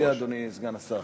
מה אתה מציע, אדוני סגן השר?